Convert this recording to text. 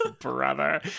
brother